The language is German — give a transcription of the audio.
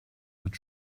mit